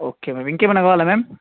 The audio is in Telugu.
ఓకే మ్యామ్ ఇంకా ఏమన్న కావాలా మ్యామ్